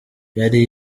yari